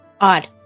Odd